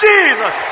Jesus